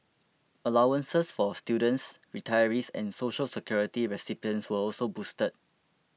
allowances for students retirees and Social Security recipients were also boosted